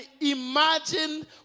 imagine